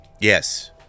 Yes